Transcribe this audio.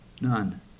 none